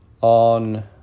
on